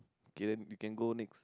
can you can go next